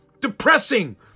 Depressing